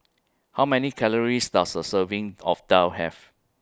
How Many Calories Does A Serving of Daal Have